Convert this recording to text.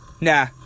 nah